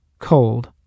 cold